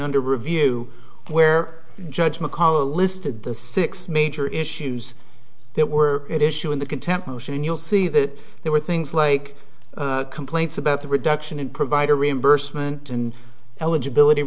under review where judge mccullough listed the six major issues that were at issue in the contempt motion and you'll see that there were things like complaints about the reduction in provider reimbursement and eligibility